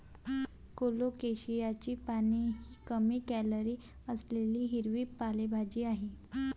कोलोकेशियाची पाने ही कमी कॅलरी असलेली हिरवी पालेभाजी आहे